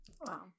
Wow